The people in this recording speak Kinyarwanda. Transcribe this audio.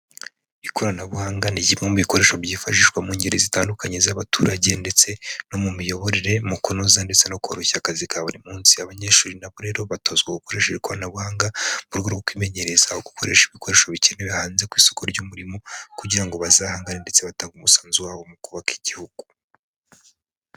Ikoranabuhanga ni kimwe mu bikoresho byifashishwa mu ngeri zitandukanye z'abaturage ndetse no mu miyoborere mu kunoza ndetse no koroshya akazi ka buri munsi. Abanyeshuri na bo rero batozwa gukoreshe iri koranabuhanga mu rwego rwo kwimenyereza gukoresha ibikoresho bikenewe hanze ku isoko ry'umurimo, kugira ngo bazahangane ndetse batange umusanzu wabo mu kubaka Igihugu.